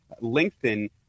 lengthen